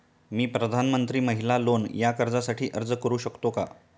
मी प्रधानमंत्री महिला लोन या कर्जासाठी अर्ज करू शकतो का?